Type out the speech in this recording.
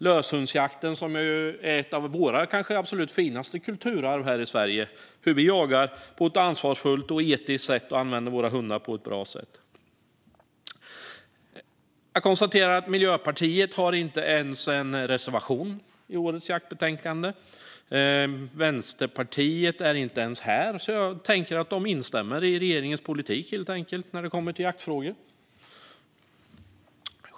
Löshundsjakten är ju kanske ett av våra absolut finaste kulturarv här i Sverige. Vi jagar på ett ansvarsfullt och etiskt sätt och använder våra hundar på ett bra sätt. Jag konstaterar att Miljöpartiet inte ens har en reservation i årets jaktbetänkande och att Vänsterpartiet inte ens är här. Jag tänker därför att de helt enkelt instämmer i regeringens politik när det kommer till jaktfrågor.